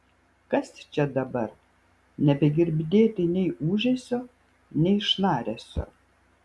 kas čia dabar nebegirdėti nei ūžesio nei šnaresio